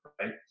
right